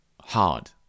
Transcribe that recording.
hard